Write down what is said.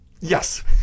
Yes